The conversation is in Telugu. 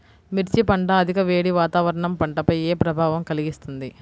మిర్చి పంట అధిక వేడి వాతావరణం పంటపై ఏ ప్రభావం కలిగిస్తుంది?